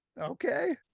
Okay